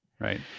Right